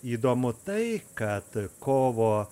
įdomu tai kad kovo